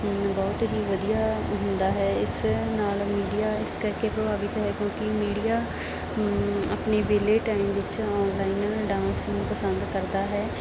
ਬਹੁਤ ਹੀ ਵਧੀਆ ਹੁੰਦਾ ਹੈ ਇਸ ਨਾਲ ਮੀਡੀਆ ਇਸ ਕਰਕੇ ਪ੍ਰਭਾਵਿਤ ਹੈ ਕਿਉਂਕਿ ਮੀਡੀਆ ਆਪਣੇ ਵਿਹਲੇ ਟਾਈਮ ਵਿੱਚ ਔਨਲਾਈਨ ਡਾਂਸ ਨੂੰ ਪਸੰਦ ਕਰਦਾ ਹੈ